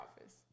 office